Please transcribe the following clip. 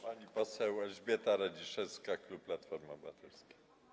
Pani poseł Elżbieta Radziszewska, klub Platforma Obywatelska.